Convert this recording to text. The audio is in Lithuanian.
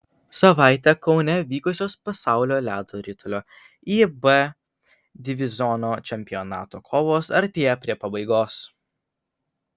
savaitę kaune vykusios pasaulio ledo ritulio ib diviziono čempionato kovos artėja prie pabaigos